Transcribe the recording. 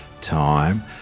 time